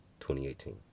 2018